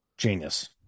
Genius